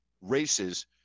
races